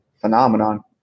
phenomenon